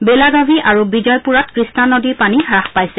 বেলাগাভী আৰু বিজয়পূৰাত কৃষ্ণা নদীৰ পানী হ্ৰাস পাইছে